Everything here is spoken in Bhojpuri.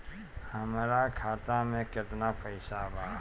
हमरा खाता में केतना पइसा बा?